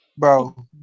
Bro